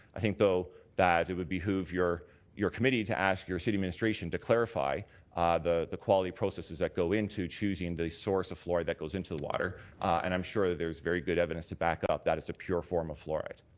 i think though that it would behoove your your committee to ask your city administration to clarify the the quality processes that go in to choosing the source of fluoride that goes into the water and i'm sure there's very good evidence to back up that it's a pure form of fluoride.